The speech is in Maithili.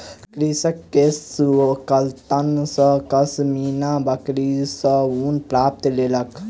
कृषक केशकर्तन सॅ पश्मीना बकरी सॅ ऊन प्राप्त केलक